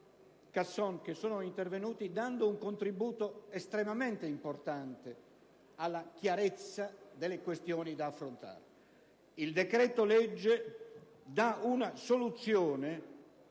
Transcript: Casson, che sono intervenuti dando un contributo estremamente rilevante alla chiarezza delle questioni da affrontare. Il decreto-legge riveste